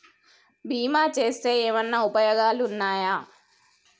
బీమా చేస్తే ఏమన్నా ఉపయోగాలు ఉంటయా?